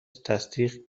تصدیق